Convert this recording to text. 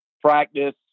practice